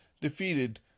defeated